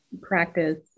practice